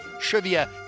trivia